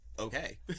okay